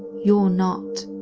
you're not.